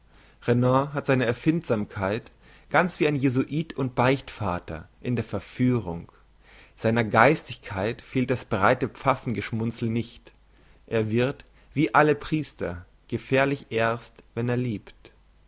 renan hat seine erfindsamkeit ganz wie ein jesuit und beichtvater in der verführung seiner geistigkeit fehlt das breite pfaffen geschmunzel nicht er wird wie alle priester gefährlich erst wenn er liebt